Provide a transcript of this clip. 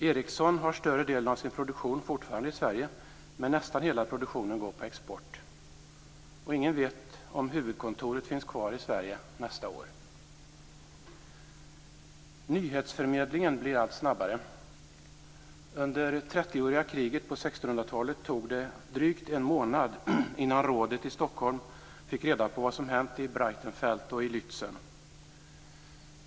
Ericsson har fortfarande större delen av sin produktion i Sverige, men nästan hela produktionen går på export. Och ingen vet om huvudkontoret finns kvar i Sverige nästa år. Nyhetsförmedlingen blir allt snabbare. Under 30 åriga kriget på 1600-talet tog det drygt en månad innan rådet i Stockholm fick reda på vad som hänt i Breitenfeldt och Lützen.